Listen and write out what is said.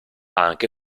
anche